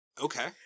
Okay